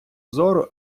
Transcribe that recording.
зору